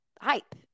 hype